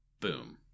boom